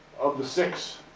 of the six,